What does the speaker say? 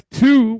two